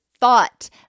thought